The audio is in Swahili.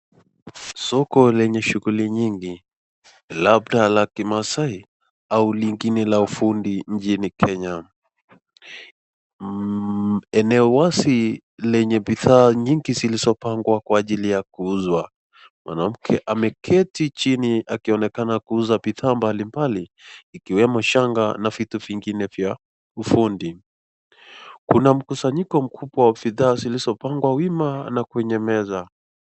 Soko lenye shughuli nyingi labda la kimasai au lingine la ufundi nchini kenya. Eneo wazi lenye bidhaa nyingi zilizopangwa kwa ajili ya kuuzwa. Mwanamke ameketi chini akionekana kuuza bidhaa mbali mbali ikiwemo shanga na vitu vingine vya ufundi. Kuna mkusanyiko mkubwa wa bidhaa zilizopangwa wima na kwenye meza.